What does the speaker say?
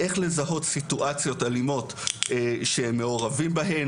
איך לזהות סיטואציות אלימות שמעורבים בהן,